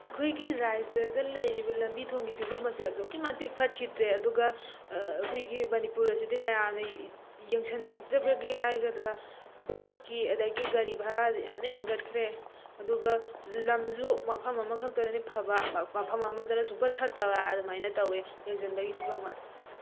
ꯑꯩꯈꯣꯏꯒꯤ ꯔꯥꯏꯖꯗ ꯂꯩꯔꯤꯕ ꯂꯝꯕꯤ ꯊꯣꯡꯒꯤ ꯐꯤꯕꯝ ꯑꯁꯦ ꯑꯗꯨꯛꯀꯤ ꯃꯇꯤꯛ ꯐꯠꯈꯤꯗ꯭ꯔꯦ ꯑꯗꯨꯒ ꯑꯩꯈꯣꯏꯒꯤ ꯃꯅꯤꯄꯨꯔ ꯑꯁꯤꯗꯤ ꯃꯌꯥꯝꯅ ꯌꯦꯡꯁꯟꯕꯤꯗ꯭ꯔꯕꯒꯤ ꯍꯥꯏꯒꯗ꯭ꯔꯥ ꯕꯁꯀꯤ ꯑꯗꯒꯤ ꯒꯥꯔꯤ ꯚꯔꯥꯁꯦ ꯌꯥꯝꯅ ꯍꯦꯟꯒꯠꯈ꯭ꯔꯦ ꯑꯗꯨꯒ ꯂꯝꯁꯨ ꯃꯐꯝ ꯑꯃꯈꯛꯇꯗꯅꯤ ꯐꯕ ꯃꯐꯝ ꯑꯃꯗꯅ ꯁꯨꯡꯐꯠ ꯐꯠꯇꯕ ꯑꯗꯨꯃꯥꯏꯅ ꯇꯧꯋꯦ ꯌꯦꯁꯟꯕꯒꯤ ꯐꯤꯕꯝ ꯋꯥꯠꯂꯦ